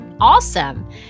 awesome